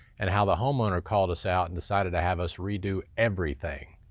and how the homeowner called us out and decided to have us redo everything.